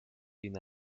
une